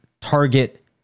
target